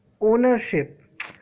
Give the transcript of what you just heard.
ownership